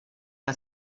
que